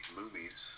movies